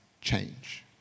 change